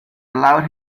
allowed